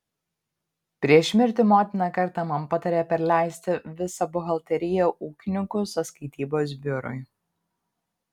prieš mirtį motina kartą man patarė perleisti visą buhalteriją ūkininkų sąskaitybos biurui